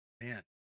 Man